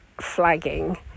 flagging